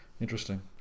Interesting